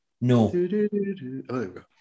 No